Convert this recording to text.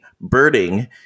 birding